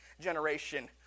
generation